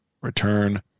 Return